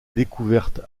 découverte